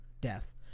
Death